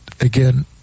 again